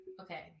okay